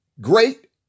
great